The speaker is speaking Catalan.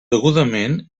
degudament